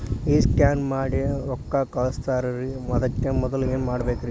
ಈ ಸ್ಕ್ಯಾನ್ ಮಾಡಿ ರೊಕ್ಕ ಕಳಸ್ತಾರಲ್ರಿ ಅದಕ್ಕೆ ಮೊದಲ ಏನ್ ಮಾಡ್ಬೇಕ್ರಿ?